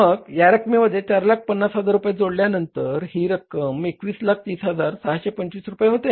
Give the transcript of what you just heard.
मग या रकमेमध्ये 450000 रुपये जोडल्यानंतर ही रक्कम 2130625 रुपये होते